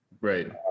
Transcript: right